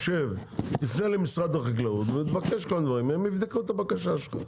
תפנה למשרד החקלאות ותבקש מהם והם יבדקו את הבקשה שלך.